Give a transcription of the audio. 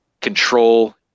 control